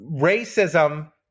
racism